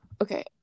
Okay